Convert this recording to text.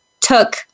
took